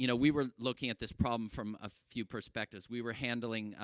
you know we were looking at this problem from a few perspectives. we were handling, ah,